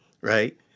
right